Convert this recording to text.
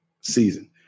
season